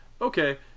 okay